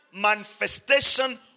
manifestation